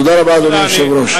תודה רבה, אדוני היושב-ראש.